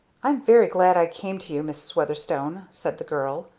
i'm very glad i came to you, mrs. weatherstone, said the girl.